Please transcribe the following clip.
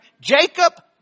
Jacob